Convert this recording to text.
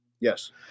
yes